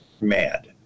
mad